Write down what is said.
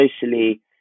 socially